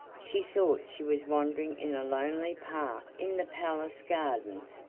she thought she was wandering in a lonely path in the palace gardens,